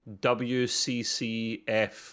WCCF